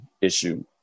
issue